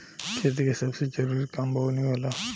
खेती के सबसे जरूरी काम बोअनी होला